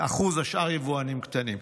השאר יבואנים קטנים.